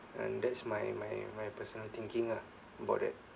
and that's my my my personal thinking ah about that